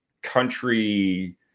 country